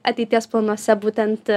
ateities planuose būtent